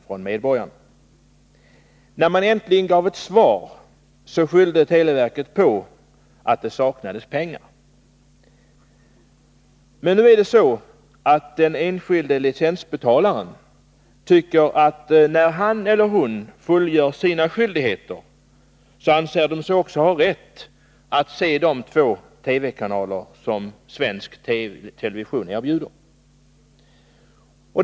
När televerket äntligen gav ett svar skyllde man på att det saknades pengar. Men den enskilde licensbetalaren, som fullgjort sin skyldighet mot televerket, anser sig ha rätt att se de två TV-kanaler som svensk television erbjuder.